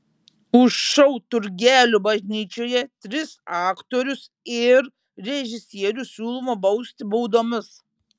už šou turgelių bažnyčioje tris aktorius ir režisierių siūloma bausti baudomis